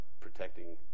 protecting